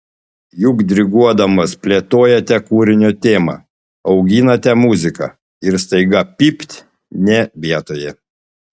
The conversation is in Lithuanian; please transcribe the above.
juk diriguodamas plėtojate kūrinio temą auginate muziką ir staiga pypt ne vietoje